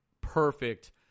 perfect